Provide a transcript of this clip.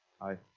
Hi